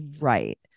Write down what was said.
right